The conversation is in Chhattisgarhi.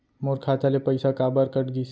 मोर खाता ले पइसा काबर कट गिस?